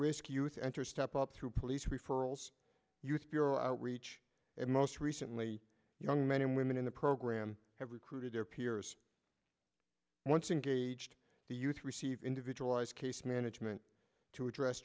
risk youth enter step up through police referrals youth bureau outreach and most recently young men and women in the program have recruited their peers once engaged the youth receive individualized case management to address